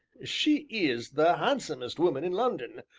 she is the handsomest woman in london,